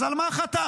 אז על מה חתמת?